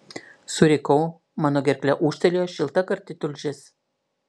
surikau mano gerkle ūžtelėjo šilta karti tulžis